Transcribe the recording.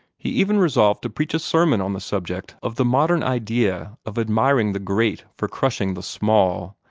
he even resolved to preach a sermon on the subject of the modern idea of admiring the great for crushing the small,